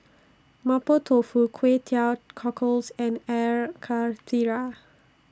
Mapo Tofu Kway Teow Cockles and Air Karthira